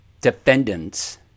defendants